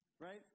right